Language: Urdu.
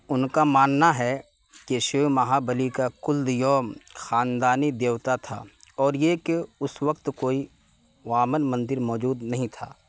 ان کا ماننا ہے کہ شیو مہابلی کا کُلدیوم خاندانی دیوتا تھا اور یہ کہ اس وقت کوئی وامن مندر موجود نہیں تھا